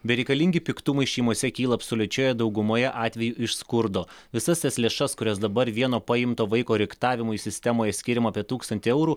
bereikalingi piktumai šeimose kyla absoliučioje daugumoje atvejų iš skurdo visas tas lėšas kurias dabar vieno paimto vaiko riktavimui sistemoje skiriama apie tūkstantį eurų